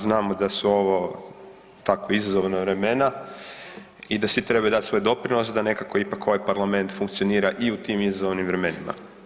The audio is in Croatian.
Znamo da su ovo tako izazovna vremena i da svi trebaju dati svoj doprinos da nekako ipak ovaj parlament funkcionira i u tim izazovnim vremenima.